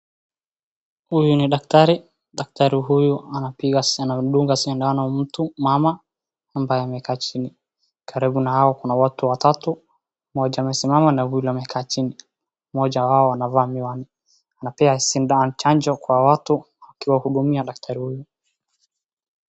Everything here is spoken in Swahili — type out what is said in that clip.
Huyu ni daktari, daktari huyu anamdunga sindano mama ambaye amekaa chini, karibu nao kuna watu watatu, mmoja maesimama na wawili wamekaa chini, mmoja wao anavaa miwani. Anapiga sindano chanjo kwa watu akiwahudumia daktari huyu.